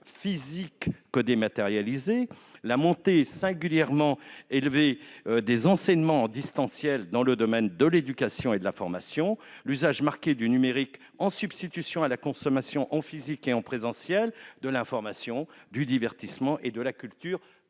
physiques que dématérialisés, la progression singulièrement forte des enseignements à distance dans le domaine de l'éducation et de la formation, l'usage prononcé du numérique en substitution à la consommation en physique et en présentiel de l'information, du divertissement et de la culture ...